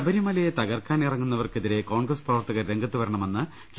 ശബരിമലയെ തകർക്കാൻ ഇറങ്ങുന്നവർക്കെതിരെ കോൺഗ്രസ് പ്രവർത്തകർ രംഗത്തുവരണമെന്ന് കെ